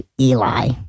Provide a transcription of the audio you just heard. Eli